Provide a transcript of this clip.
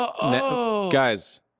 Guys